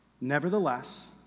nevertheless